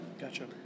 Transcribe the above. Gotcha